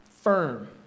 firm